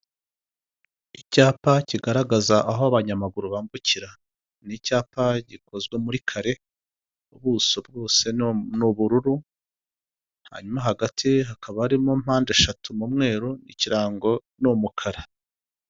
Inzu ifite ibara ry'umweru ndetse n'inzugi zifite ibaraya gusa umweru n'ibirahure by'umukara hasi hari amakaro ifite ibyumba bikodeshwa ibihumbi ijana na mirongo itanu by'amafaranga y'u Rwanda.